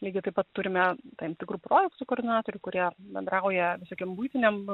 lygiai taip pat turime tam tikrų projektų koordinatorių kurie bendrauja visokiom buitinėm